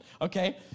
okay